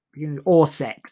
Orsex